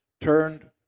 turned